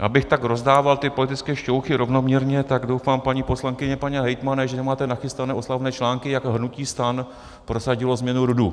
Abych tak rozdával ty politické šťouchy rovnoměrně, tak doufám, paní poslankyně, pane hejtmane, že nemáte nachystané oslavné články, jak hnutí STAN prosadilo změnu RUDu.